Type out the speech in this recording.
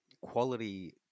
quality